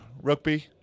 Rugby